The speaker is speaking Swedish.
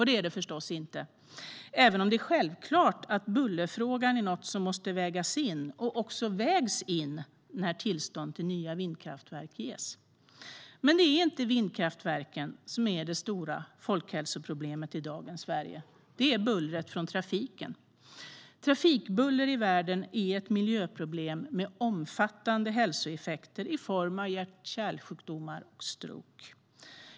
Det är det förstås inte, även om bullerfrågan självklart är något som måste vägas in - och som också vägs in - när tillstånd för nya vindkraftverk ges. Men det är inte vindkraftverken som är det stora folkhälsoproblemet i dagens Sverige. Det är bullret från trafiken. Trafikbullret i världen är ett miljöproblem med omfattande hälsoeffekter i form av hjärt-kärlsjukdomar och stroke.